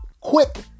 Quick